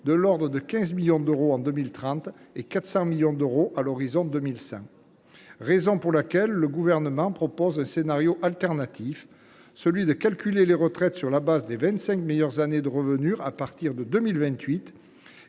de l’ordre de 15 millions d’euros en 2030 et de 400 millions d’euros à l’horizon de 2100. C’est la raison pour laquelle le Gouvernement a proposé un scénario alternatif, consistant à calculer les retraites sur la base des vingt cinq meilleures années de revenus à partir de 2028